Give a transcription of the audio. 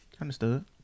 Understood